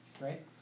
Right